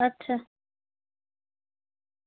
अच्छा